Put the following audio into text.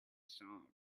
cents